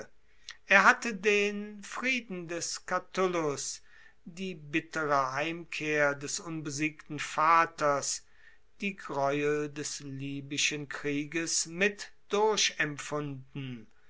er hatte den frieden des catulus die bittere heimkehr des unbesiegten vaters die greuel des libyschen krieges mit